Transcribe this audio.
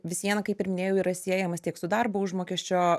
vis viena kaip ir minėjau yra siejamas tiek su darbo užmokesčio